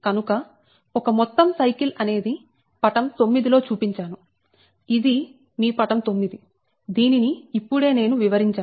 కనుక ఒక మొత్తం సైకిల్ అనేది పటం 9 లో చూపించారు ఇది మీ పటం 9 దీనిని ఇప్పుడే నేను వివరించాను